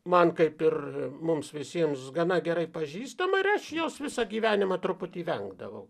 man kaip ir mums visiems gana gerai pažįstama ir aš jos visą gyvenimą truputį vengdavau